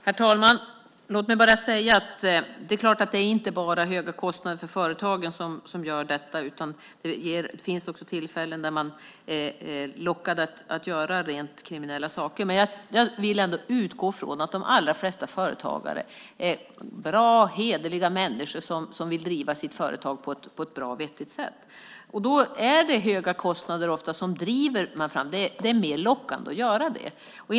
Herr talman! Låt mig bara säga att det förstås inte bara är höga kostnader för företagen som gör detta. Det finns också tillfällen där man är lockad att göra rent kriminella saker. Jag vill ändå utgå ifrån att de allra flesta företagare är bra och hederliga människor som vill driva sitt företag på ett bra och vettigt sätt. Det är ofta höga kostnader som driver. Det blir mer lockande att göra det här.